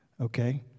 Okay